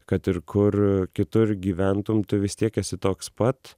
kad ir kur kitur gyventum tu vis tiek esi toks pat